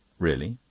really?